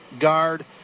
guard